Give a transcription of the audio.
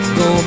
go